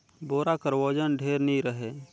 बोरा कर ओजन ढेर नी रहें